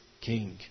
king